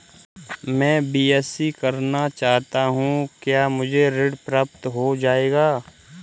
मैं बीएससी करना चाहता हूँ क्या मुझे ऋण प्राप्त हो जाएगा?